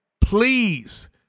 Please